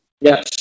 Yes